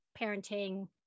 parenting